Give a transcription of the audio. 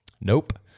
Nope